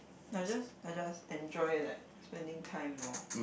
I just I just enjoy like spending time lor